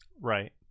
Right